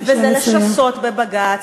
וזה לשסות בבג"ץ,